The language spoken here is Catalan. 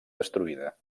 destruïda